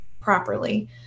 properly